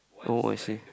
oh I see